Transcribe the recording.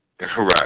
Right